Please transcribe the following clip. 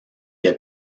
est